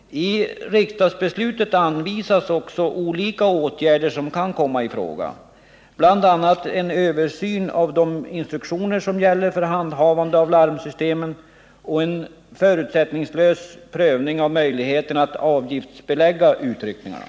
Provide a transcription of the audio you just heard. > Riksdagsbeslutet omfattar olika åtgärder som kan komma i fråga, bl.a. en översyn av de instruktioner som gäller för handhavandet av larmsystemen och en förutsättningslös prövning av möjligheterna att avgiftsbelägga utryckningarna.